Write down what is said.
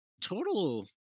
total